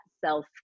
self